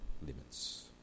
limits